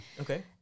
Okay